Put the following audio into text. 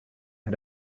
had